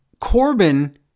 Corbin